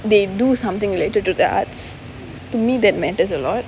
they do something related to the arts to me that matters a lot